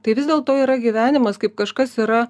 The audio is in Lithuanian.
tai vis dėlto yra gyvenimas kaip kažkas yra